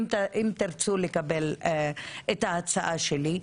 אם תרצו לקבל את ההצעה שלי.